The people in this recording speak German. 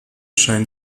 scheinen